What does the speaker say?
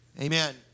Amen